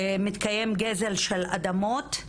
מתקיים גזל של אדמות,